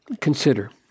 Consider